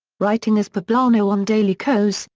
writing as poblano on daily kos,